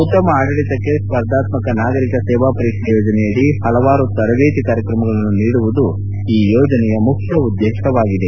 ಉತ್ತಮ ಅಡಳಿತಕ್ಕೆ ಸ್ಪರ್ಧಾತ್ಮಕ ನಾಗರಿಕ ಸೇವಾ ಪರೀಕ್ಷೆ ಯೋಜನೆಯಡಿ ಪಲವಾರು ತರಬೇತಿ ಕಾರ್ಯಕ್ರಮಗಳನ್ನು ನೀಡುವುದು ಈ ಯೋಜನೆಯ ಮುಖ್ಯ ಉದ್ದೇಶವಾಗಿದೆ